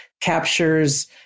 captures